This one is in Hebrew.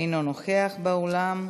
אינו נוכח באולם,